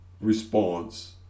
response